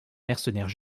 mercenaires